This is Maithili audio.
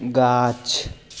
गाछ